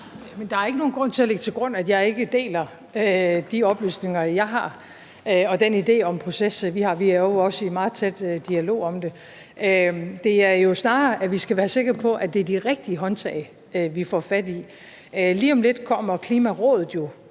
Der er ikke nogen grund til at lægge til grund, at jeg ikke deler de oplysninger, jeg har, og den idé om proces, vi har. Vi er jo også i meget tæt dialog om det. Det handler jo snarere om, at vi skal være sikre på, at det er de rigtige håndtag, vi får fat i. Lige om lidt kommer Klimarådet jo